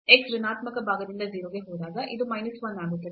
x ಋಣಾತ್ಮಕ ಭಾಗದಿಂದ 0 ಗೆ ಹೋದಾಗ ಇದು ಮೈನಸ್ 1 ಆಗುತ್ತದೆ